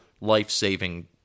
life-saving